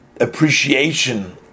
appreciation